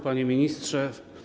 Panie Ministrze!